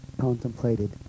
contemplated